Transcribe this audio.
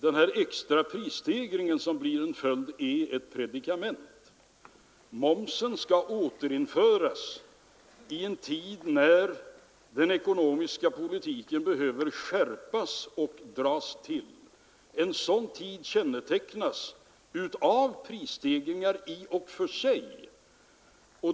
Den extra prisstegring som blir en följd är ett predikament. Momsen skall återinföras i en tid när den ekonomiska politiken behöver skärpas och dras till. En sådan tid kännetecknas av prisstegringar i och för sig.